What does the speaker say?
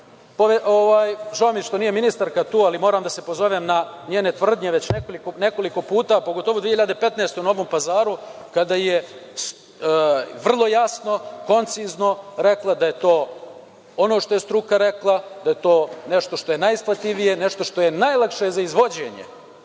mi je što nije ministarka tu, ali moram da se pozovem na njene tvrdnje. Već nekoliko puta, pogotovo 2015. godine u Novom Pazaru, kada je vrlo jasno, koncizno rekla da je to ono što je struka rekla, da je to nešto što je najisplatljivije, nešto što je najlakše za izvođenje,